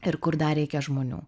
ir kur dar reikia žmonių